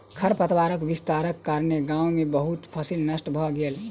खरपातक विस्तारक कारणेँ गाम में बहुत फसील नष्ट भ गेल